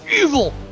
Evil